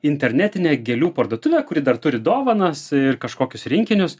internetinę gėlių parduotuvę kuri dar turi dovanas ir kažkokius rinkinius